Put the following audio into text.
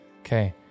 Okay